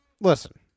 listen